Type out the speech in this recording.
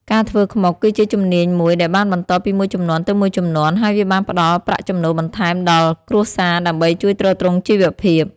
ការធ្វើខ្មុកគឺជាជំនាញមួយដែលបានបន្តពីមួយជំនាន់ទៅមួយជំនាន់ ហើយវាបានផ្តល់ប្រាក់ចំណូលបន្ថែមដល់គ្រួសារដើម្បីជួយទ្រទ្រង់ជីវភាព។